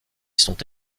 sont